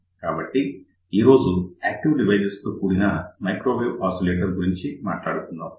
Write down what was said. కాబట్టి ఈరోజు active devices తో కూడిన మైక్రోవేవ్ ఆసిలేటర్స్ గురించి మాట్లాడుకుందాం